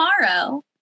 tomorrow